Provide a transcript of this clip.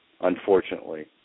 unfortunately